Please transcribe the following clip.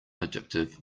addictive